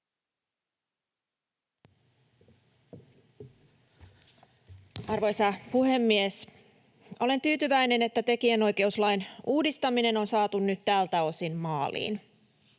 Arvoisa puhemies! Olen tyytyväinen, että tekijänoikeuslain uudistaminen on saatu nyt tältä osin maaliin.